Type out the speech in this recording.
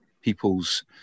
people's